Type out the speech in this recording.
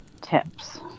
tips